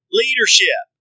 leadership